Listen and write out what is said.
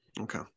Okay